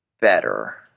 better